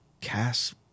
cast